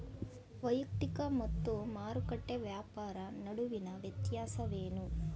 ವೈಯಕ್ತಿಕ ಮತ್ತು ಮಾರುಕಟ್ಟೆ ವ್ಯಾಪಾರ ನಡುವಿನ ವ್ಯತ್ಯಾಸವೇನು?